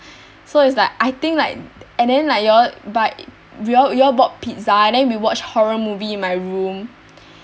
so is like I think like and then like you all buy you all you all bought pizza and then we watch horror movie in my room